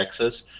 Texas